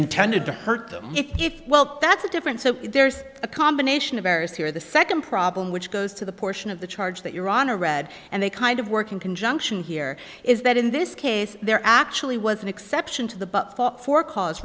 intended to hurt them if well that's a different so there's a combination of errors here the second problem which goes to the portion of the charge that your honor read and they kind of work in conjunction here is that in this case there actually was an exception to the but for cause